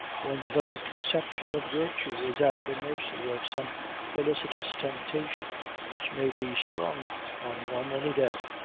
one's very conception of virtue is at the mercy of some felicitous temptation which may be sprung on one any day.